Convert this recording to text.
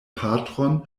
patron